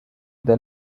they